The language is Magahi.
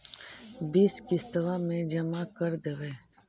बिस किस्तवा मे जमा कर देवै?